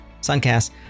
suncast